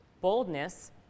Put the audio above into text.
Boldness